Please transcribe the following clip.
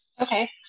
okay